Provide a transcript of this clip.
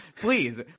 Please